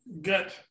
gut